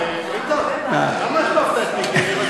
איתן, למה החלפת את מיקי?